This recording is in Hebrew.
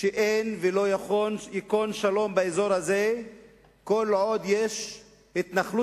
שאין ולא ייכון שלום באזור הזה כל עוד יש התנחלות